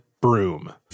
broom